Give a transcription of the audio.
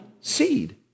seed